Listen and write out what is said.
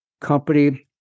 Company